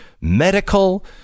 medical